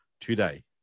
today